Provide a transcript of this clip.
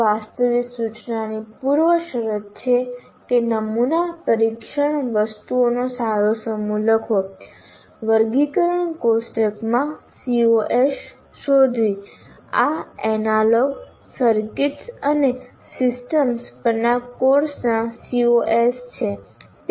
વાસ્તવિક સૂચનાની પૂર્વશરત છે કે નમૂના પરીક્ષણ વસ્તુઓનો સારો સમૂહ લખવો વર્ગીકરણ કોષ્ટકમાં COs શોધવી આ એનાલોગ સર્કિટ્સ અને સિસ્ટમ્સ પરના કોર્સના COs છે